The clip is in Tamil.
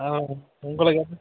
ஆ உங்களையும்